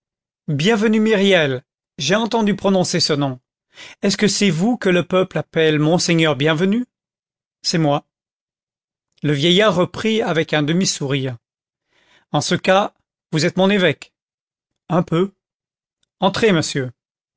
bienvenu myriel j'ai entendu prononcer ce nom est-ce que c'est vous que le peuple appelle monseigneur bienvenu c'est moi le vieillard reprit avec un demi-sourire en ce cas vous êtes mon évêque un peu entrez monsieur